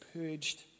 purged